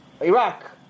Iraq